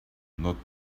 not